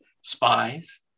spies